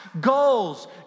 goals